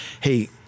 hey